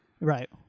Right